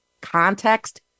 Context